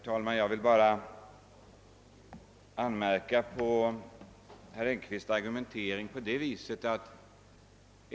Herr talman! Jag vill bara i ett avseende anmärka på herr Engkvists argumentering.